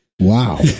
Wow